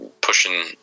pushing